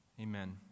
Amen